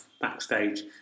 backstage